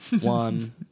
one